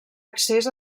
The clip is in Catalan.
accés